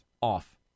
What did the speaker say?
off